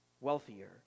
wealthier